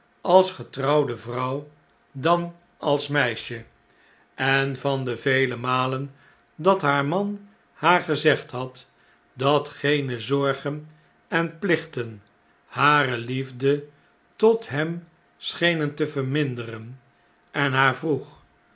als getrouwde vrouw dan als meisje en van de vele malen dat haar man haar gezegd had dat geene zorgen en plichten hare liefde tot hem schenen te verminderen en haar vroeg